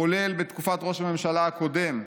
כולל בתקופת ראש הממשלה הקודם,